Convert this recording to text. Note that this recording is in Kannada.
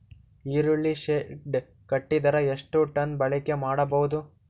ಈರುಳ್ಳಿ ಶೆಡ್ ಕಟ್ಟಿದರ ಎಷ್ಟು ಟನ್ ಬಾಳಿಕೆ ಮಾಡಬಹುದು?